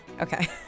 okay